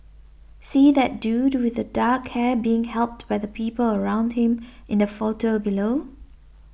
see that dude with the dark hair being helped by the people around him in the photo below